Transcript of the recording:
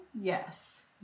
yes